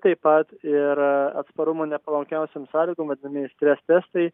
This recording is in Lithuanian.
taip pat ir atsparumo nepalankiausiom sąlygom vadinamieji stres testai